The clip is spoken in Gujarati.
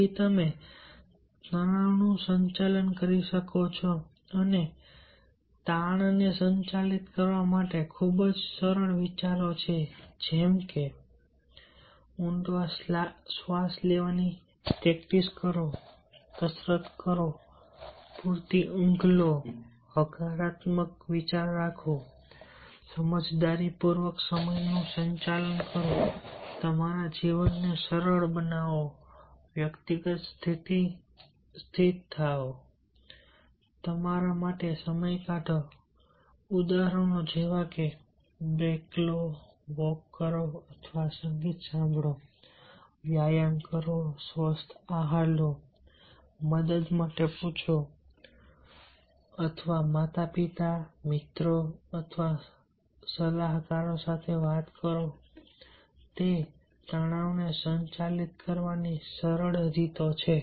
પછી તમે તણાવનું સંચાલન કરી શકશો અને તાણને સંચાલિત કરવા માટે ખૂબ જ સરળ વિચારો છે જેમ કે ઊંડા શ્વાસ લેવાની પ્રેક્ટિસ કરો કસરત કરો પૂરતી ઊંઘ લો હકારાત્મક વિચારો સમજદારીપૂર્વક સમયનું સંચાલન કરો તમારા જીવનને સરળ બનાવો વ્યવસ્થિત થાઓ તમારા માટે સમય કાઢો ઉદાહરણો જેવા કે બ્રેક લો વોક કરો અથવા સંગીત સાંભળો વ્યાયામ કરો સ્વસ્થ આહાર લો મદદ માટે પૂછો અથવા માતાપિતા મિત્રો અથવા સલાહકારો સાથે વાત કરો આ તણાવને સંચાલિત કરવાની સરળ રીતો છે